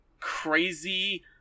crazy